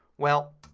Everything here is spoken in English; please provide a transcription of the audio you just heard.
well,